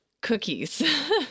cookies